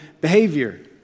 behavior